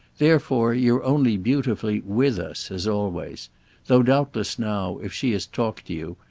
therefore you're only beautifully with us as always though doubtless now, if she has talked to you,